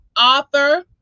author